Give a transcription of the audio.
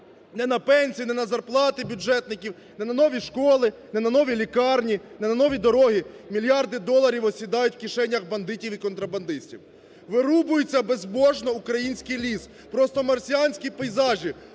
не на пенсії, не на зарплати бюджетників, не на нові школи, не на нові лікарні не на нові дороги. Мільярди доларів осідають в кишенях бандитів і контрабандистів. Вирубуються безбожно український ліс, просто марсіанські пейзажі.